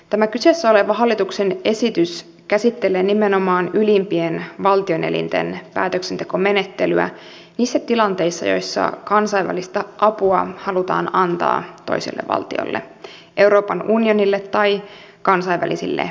tämä kyseessä oleva hallituksen esitys käsittelee nimenomaan ylimpien valtioelinten päätöksentekomenettelyä niissä tilanteissa joissa kansainvälistä apua halutaan antaa toiselle valtiolle euroopan unionille tai kansainvälisille järjestöille